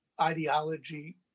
ideology